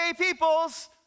peoples